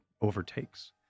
overtakes